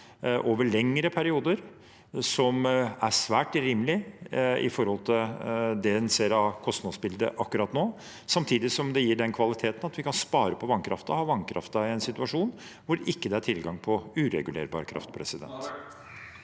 store mengder energi som er svært rimelig i forhold til det en ser av kostnadsbildet akkurat nå. Samtidig gir det den kvaliteten at vi kan spare på vannkraften til en situasjon hvor det ikke er tilgang på uregulerbar kraft. Sofie